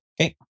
okay